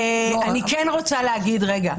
אני כן רוצה להגיד רגע,